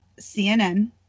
CNN